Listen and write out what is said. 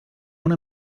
una